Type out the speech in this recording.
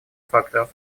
факторов